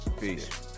peace